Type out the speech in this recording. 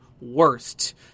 Worst